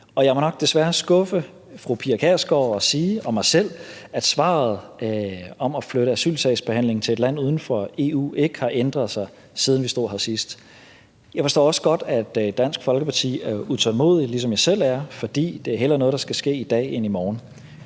jeg må nok desværre skuffe fru Pia Kjærsgaard – og mig selv – og sige, at svaret om at flytte asylsagsbehandlingen til et land uden for EU ikke har ændret sig, siden vi stod her sidst. Jeg forstår også godt, at Dansk Folkeparti er utålmodige, ligesom jeg selv er, fordi det er noget, der skal ske hellere i dag end i morgen.